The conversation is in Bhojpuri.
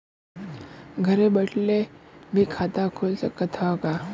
घरे बइठले भी खाता खुल सकत ह का?